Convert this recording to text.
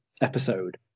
episode